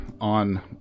on